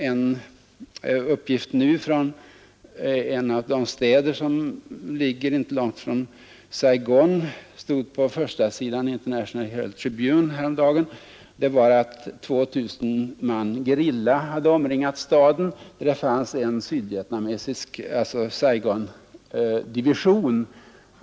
En uppgift från en av de städer som ligger inte långt ifrån Saigon återgavs på första sidan i International Herald Tribune häromdagen. Den gick ut på att 2 000 man gerillatrupper hade omringat staden, i vilken fanns en division Saigontrupper.